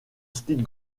style